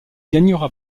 gagnera